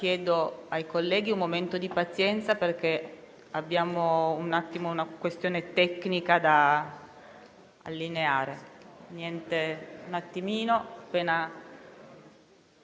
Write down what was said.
Chiedo ai colleghi un momento di pazienza perché abbiamo una questione tecnica da sistemare.